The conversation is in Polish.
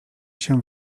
się